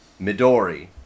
Midori